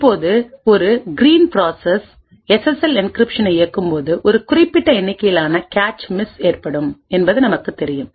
இப்போது ஒரு green process SSL என்கிரிப்ஷனை இயக்கும் போது ஒரு குறிப்பிட்ட எண்ணிக்கையிலான கேச் மிஸ் ஏற்படும் என்பது நமக்குத் தெரியும்